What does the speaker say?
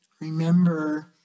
remember